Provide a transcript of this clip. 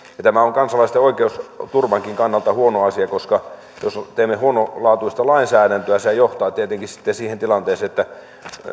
tämä on kansalaisten oikeusturvankin kannalta huono asia koska jos teemme huonolaatuista lainsäädäntöä sehän johtaa tietenkin sitten siihen tilanteeseen että